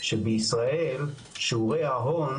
שבישראל שיעורי ההון,